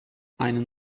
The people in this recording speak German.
einen